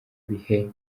bihe